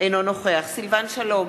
אינו נוכח סילבן שלום,